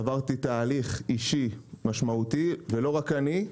עברתי תהליך אישי משמעותי ולא רק אני,